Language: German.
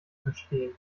verstehen